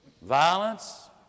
Violence